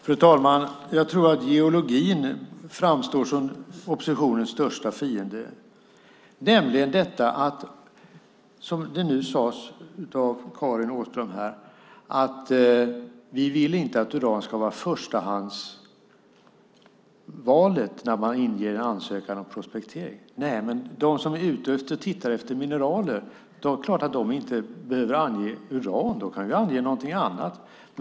Fru talman! Jag tror att geologin framstår som oppositionens största fiende. Karin Åström säger att man inte vill att uran ska vara förstahandsvalet när en ansökan om prospektering inges. Nej, de som är ute och letar efter mineraler behöver inte ange att de letar efter uran. De kan ange någonting annat.